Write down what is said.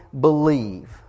believe